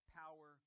power